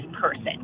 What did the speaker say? person